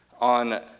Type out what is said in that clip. on